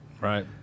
Right